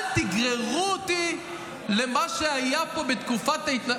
אל תגררו אותי למה שהיה פה בתקופת ההתנתקות.